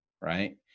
right